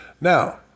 Now